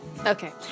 Okay